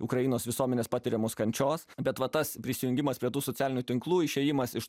ukrainos visuomenės patiriamos kančios bet va tas prisijungimas prie tų socialinių tinklų išėjimas iš